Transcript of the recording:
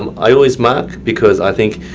um i always mark, because i think,